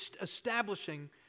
establishing